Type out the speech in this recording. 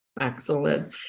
Excellent